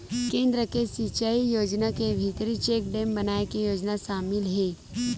केन्द्र के सिचई योजना के भीतरी चेकडेम बनाए के योजना सामिल हे